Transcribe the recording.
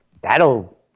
that'll